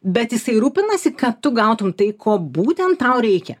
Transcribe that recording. bet jisai rūpinasi kad tu gautum tai ko būtent tau reikia